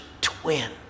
twin